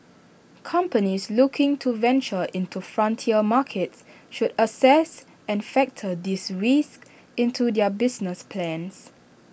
companies looking to venture into frontier markets should assess and factor these risks into their business plans